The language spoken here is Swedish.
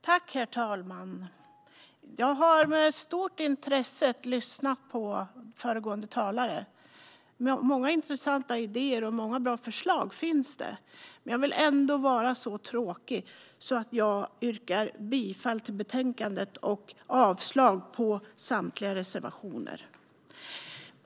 Herr talman! Jag har med stort intresse lyssnat på föregående talare. Det finns många intressanta idéer och bra förslag. Men jag är ändå så tråkig att jag yrkar bifall till utskottets förslag och avslag på samtliga reservationer.